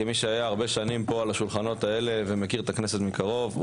כמי שהיה הרבה שנים ליד השולחנות האלה ומכיר את הכנסת מקרוב,